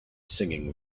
singing